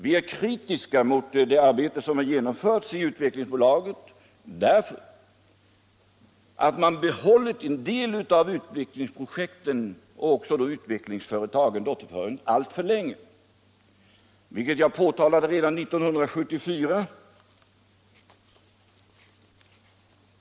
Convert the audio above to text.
Vi är kritiska mot det arbete som utförts i Svenska Utvecklingsaktiebolaget av det skäler att man behållit en del av utvecklingsprojekten och därmed också en del av dotuerföretagen alltför länge. Deua påtalade jag redan 1974.